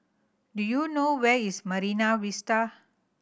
do you know where is Marine Vista